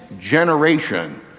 generation